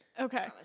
okay